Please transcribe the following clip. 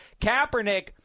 Kaepernick